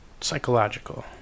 psychological